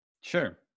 Sure